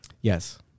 Yes